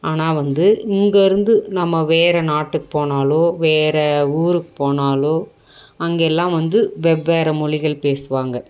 ஆனால் வந்து இங்கே இருந்து நம்ம வேறு நாட்டுக்கு போனாலோ வேறு ஊருக்கு போனாலோ அங்கே எல்லாம் வந்து வெவ்வேற மொழிகள் பேசுவாங்கள்